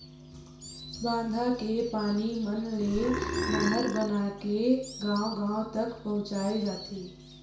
बांधा के पानी मन ले नहर बनाके गाँव गाँव तक पहुचाए जाथे